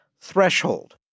threshold